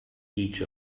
each